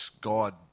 god